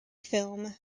film